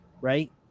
right